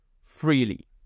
freely